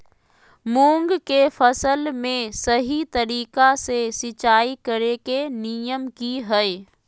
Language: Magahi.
मूंग के फसल में सही तरीका से सिंचाई करें के नियम की हय?